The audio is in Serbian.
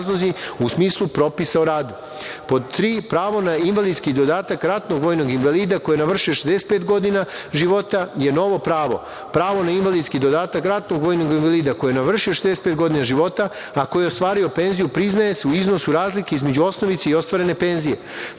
u smislu propisa o radu. Pod